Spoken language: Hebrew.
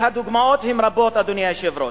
והדוגמאות הן רבות, אדוני היושב-ראש.